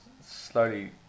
slowly